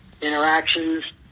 interactions